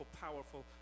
powerful